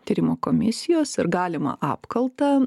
tyrimo komisijos ir galimą apkaltą